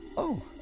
oh,